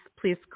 please